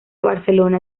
barcelona